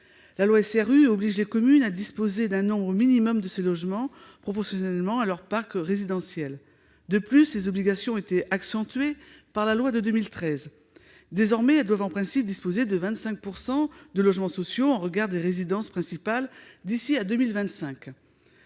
La loi SRU oblige les communes à disposer d'un nombre minimum de ces logements, proportionnellement à leur parc résidentiel. De plus, les obligations ont été accentuées par la loi de 2013. Désormais, elles doivent en principe disposer de 25 % de logements sociaux, en regard des résidences principales, d'ici à 2025.